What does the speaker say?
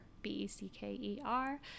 B-E-C-K-E-R